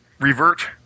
revert